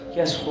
yes